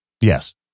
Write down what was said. yes